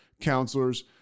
counselors